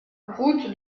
route